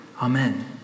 Amen